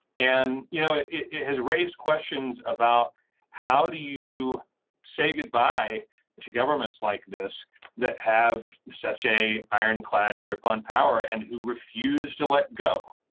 and you know it it has raised questions about how do you say goodbye to governments like this that have such a ironclad grip on power and who refused refused to let go.